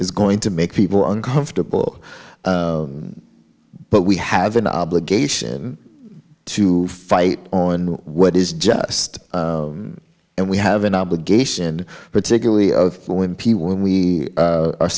is going to make people uncomfortable but we have an obligation to fight on what is just and we have an obligation particularly of wimpy when we